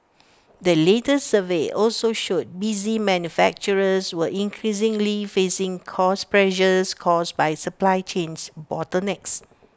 the latest survey also showed busy manufacturers were increasingly facing cost pressures caused by supply chains bottlenecks